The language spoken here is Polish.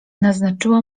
naznaczyła